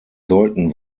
sollten